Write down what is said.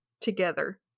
together